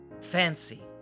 fancy